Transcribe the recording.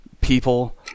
people